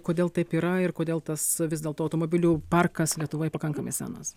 kodėl taip yra ir kodėl tas vis dėl to automobilių parkas lietuvoj pakankamai senas